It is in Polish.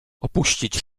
opuścić